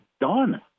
done